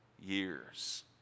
years